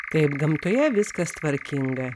taip gamtoje viskas tvarkinga